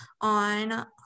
on